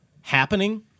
happening